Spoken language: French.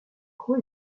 quoi